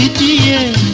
ah da